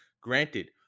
Granted